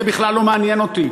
זה בכלל לא מעניין אותי.